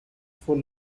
full